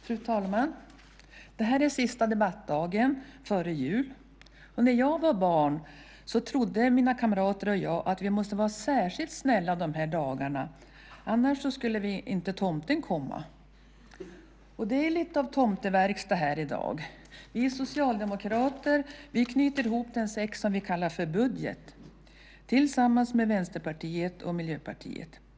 Fru talman! Detta är den sista debattdagen före jul. När jag var barn trodde mina kamrater och jag att vi måste vara särskilt snälla de här dagarna, annars skulle inte tomten komma. Det är lite av tomteverkstad här i dag. Vi socialdemokrater knyter ihop den säck som vi kallar för budget tillsammans med Vänsterpartiet och Miljöpartiet.